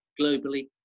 globally